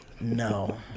No